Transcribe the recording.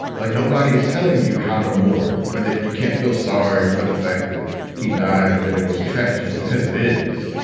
like nobody is telling you how to mourn or that you can't feel sorry for the fact that he died, that it was a tragedy because it is.